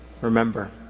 Remember